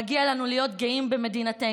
מגיע לנו להיות גאים במדינתנו,